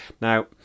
Now